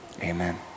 Amen